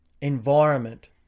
environment